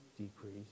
decrease